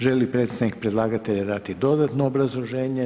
Želi li predstavnik predlagatelja dati dodatno obrazloženje?